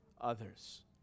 others